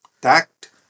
tact